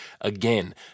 Again